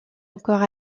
encore